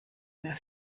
mehr